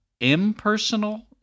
impersonal